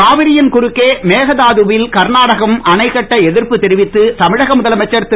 காவிரியின் குறுக்கே மேகதாதுவில் கர்நாடகம் அணை கட்ட எதிர்ப்பு தெரிவித்து தமிழக முதலமைச்சர் திரு